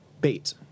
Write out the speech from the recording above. Bait